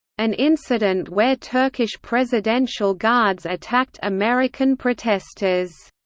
an incident where turkish presidential guards attacked american protesters